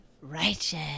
righteous